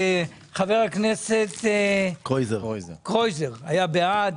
חבר הכנסת קרויזר היה בעד